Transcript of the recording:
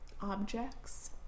Objects